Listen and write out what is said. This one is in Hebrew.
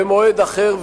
במועד אחר,